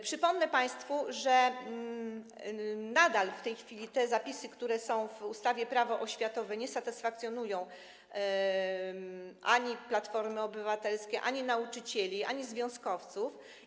Przypomnę państwu, że nadal w tej chwili te zapisy, które są w ustawie Prawo oświatowe, nie satysfakcjonują ani Platformy Obywatelskiej, ani nauczycieli, ani związkowców.